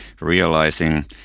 realizing